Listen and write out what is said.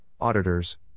auditors